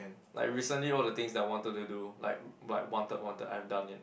like recently all the things that I wanted to do like like wanted wanted I've done it